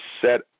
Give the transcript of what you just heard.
set